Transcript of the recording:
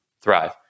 thrive